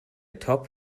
top